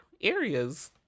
areas